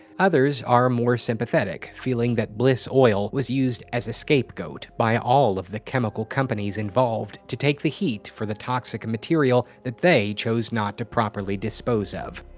others are more sympathetic, feeling that bliss oil was used as a scapegoat by all the chemical companies involved to take the heat for the toxic material that they chose not to properly dispose of.